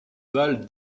val